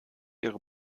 ihre